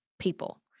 people